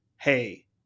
hey